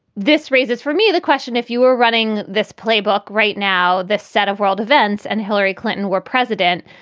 this raises for me the question, if you were running this playbook right now, this set of world events and hillary clinton were president,